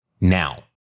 Now